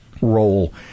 role